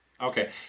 Okay